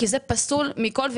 כי זה פסול מכול,